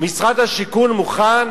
משרד השיכון מוכן